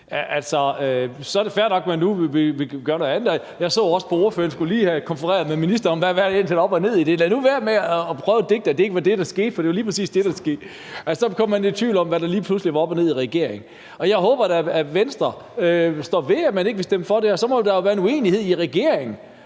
Så er det fair nok, at man nu vil gøre noget andet. Jeg så også, at ordføreren lige skulle have konfereret med ministeren om, hvad der egentlig er op og ned i det her. Lad nu være med at digte og prøve at sige, at det ikke var det, der skete, for det var lige præcis det, der skete. Altså, man kom i tvivl om, hvad der lige pludselig var op og ned i regeringen. Jeg håber da, at Venstre står ved, at man ikke vil stemme imod det her, og så må der jo være en reel uenighed i regeringen.